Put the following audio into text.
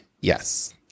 Yes